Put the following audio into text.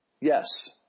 Yes